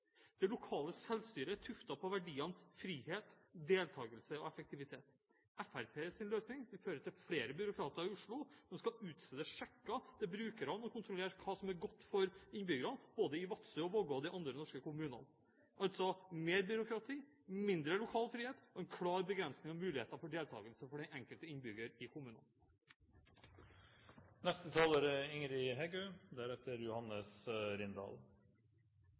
Det lokale selvstyret er tuftet på verdiene frihet, deltakelse og effektivitet. Fremskrittspartiets løsning vil føre til flere byråkrater i Oslo, som skal utstede sjekker til brukerne og kontrollere hva som er godt for innbyggerne – både i Vadsø og Vågå og de andre norske kommunene. Altså: mer byråkrati, mindre lokal frihet og en klar begrensning av muligheter for deltakelse for den enkelte innbygger i kommunene. Årets statsbudsjett vart godt motteke ute blant det norske folk. Så svartmålinga frå høgresida her i dag er